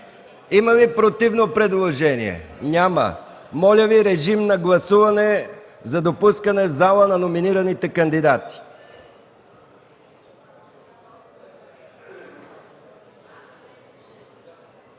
Има ли противно предложение? Няма. Моля, режим на гласуване за допускане в залата на номинираните кандидати.